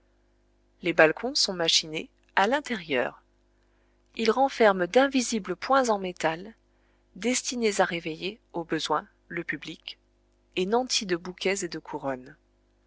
les balcons sont machinés à l'intérieur ils renferment d'invisibles poings en métal destinés à réveiller au besoin le public et nantis de bouquets et de couronnes